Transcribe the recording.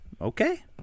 Okay